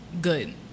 Good